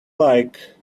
like